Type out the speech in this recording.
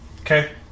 Okay